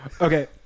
Okay